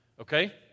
Okay